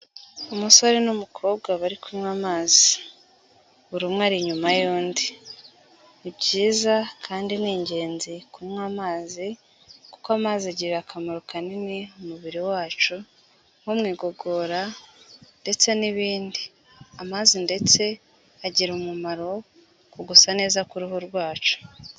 Umusore n'umukobwa bari kunywa amazi, buri umwe inyuma y'undi, ni byiza kandi ni ingenzi kunywa amazi, kuko amazi agirira akamaro kanini umubiri wacu, nko mu igogora, ndetse n'ibindi, amazi ndetse agira umumaro ku kugusa neza k'uruhu rwacu.